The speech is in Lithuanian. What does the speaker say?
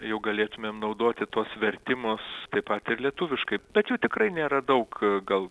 jau galėtumėm naudoti tuos vertimus taip pat ir lietuviškai tačiau tikrai nėra daug gal